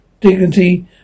dignity